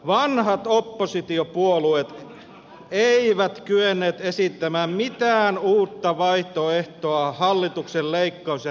vanhat oppositiopuolueet eivät kyenneet esittämään mitään uutta vaihtoehtoa hallituksen leikkaus ja näivetyslinjalle